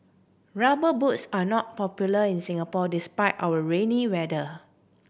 Rubber Boots are not popular in Singapore despite our rainy weather